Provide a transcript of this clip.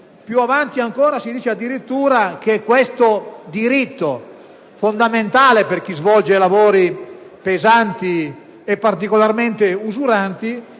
Più avanti ancora si dice addirittura che questo diritto fondamentale per chi svolge lavori pesanti e particolarmente usuranti